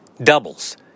doubles